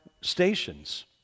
stations